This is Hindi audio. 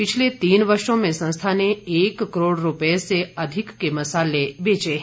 पिछले तीन वर्षो में संस्था ने एक करोड़ रुपए से अधिक के मसाले बेचे हैं